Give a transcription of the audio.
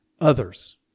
others